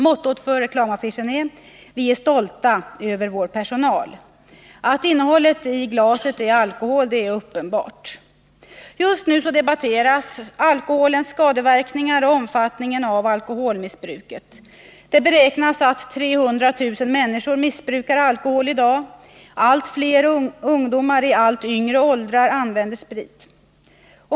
Mottot för reklamaffischen är: ”Vi är stolta över vår personal.” Att innehållet i glaset är alkohol är uppenbart. Just nu debatteras alkoholens skadeverkningar och omfattningen av alkoholmissbruket. Det beräknas att 300 000 människor missbrukar alkohol i dag. Allt fler ungdomar i allt yngre åldrar använder sprit.